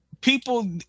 people